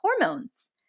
hormones